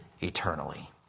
eternally